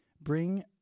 bring